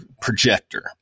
projector